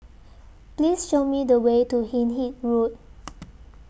Please Show Me The Way to Hindhede Road